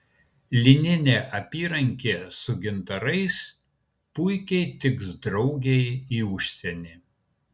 lininė apyrankė su gintarais puikiai tiks draugei į užsienį